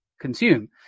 consume